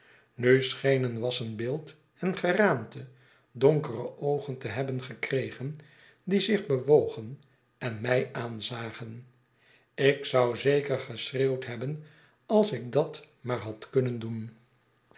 nu v schenen wassenbeeld en geraamte donkere oogen te hebben gekregen die zich bewogen en mij aanzagen ik zou zeker geschreeuwd hebben als ik dat maar had kunnen doen